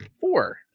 Four